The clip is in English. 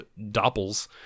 Doppels